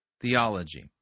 theology